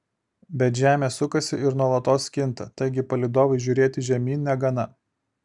bet žemė sukasi ir nuolatos kinta taigi palydovui žiūrėti žemyn negana